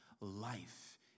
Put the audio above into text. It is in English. life